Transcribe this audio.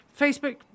Facebook